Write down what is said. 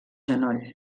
genoll